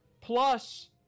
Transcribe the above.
plus